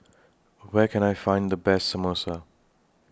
Where Can I Find The Best Samosa